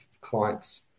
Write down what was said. clients